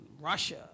Russia